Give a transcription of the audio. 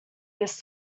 this